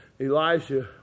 Elijah